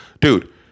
dude